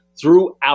throughout